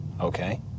Okay